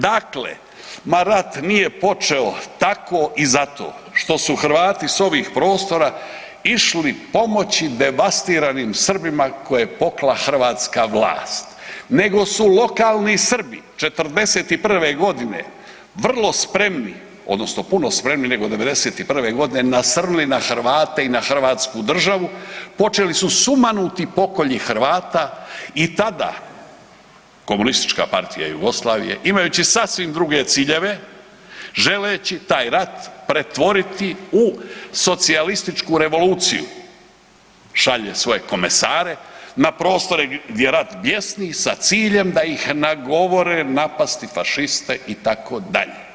Dakle, ma rat nije počeo tako i zato što su Hrvati s ovih prostora išli pomoći devastiranim Srbima koje pokla hrvatska vlast nego su lokalni Srbi '41.g. vrlo spremni odnosno puno spremni nego '91.g. nasrnuli na Hrvate i na Hrvatsku državu počeli su sumanuti pokolji Hrvata i tada KPJ-u imajući sasvim druge ciljeve, želeći taj rat pretvoriti u socijalističku revoluciju, šalje svoje komesare na prostore gdje rat bjesni sa ciljem da ih nagovore napasti fašiste itd.